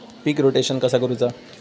पीक rotation कसा करूचा?